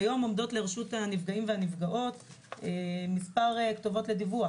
היום עומדות לרשות הנפגעים והנפגעות מספר כתובות לדיווח: